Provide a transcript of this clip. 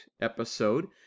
episode